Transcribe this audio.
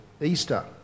Easter